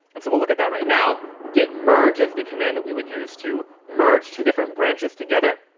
and so we'll look at that right now. git merge is the command that we would use to merge two different branches together,